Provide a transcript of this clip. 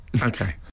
okay